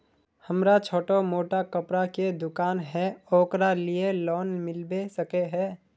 हमरा छोटो मोटा कपड़ा के दुकान है ओकरा लिए लोन मिलबे सके है?